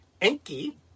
Enki